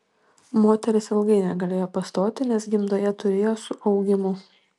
moteris ilgai negalėjo pastoti nes gimdoje turėjo suaugimų